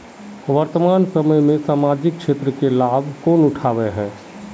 वर्तमान समय में सामाजिक क्षेत्र के लाभ कौन उठावे है?